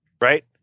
Right